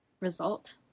result